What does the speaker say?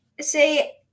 say